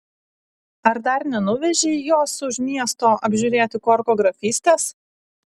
ar dar nenuvežei jos už miesto apžiūrėti korko grafystės